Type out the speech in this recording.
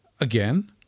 Again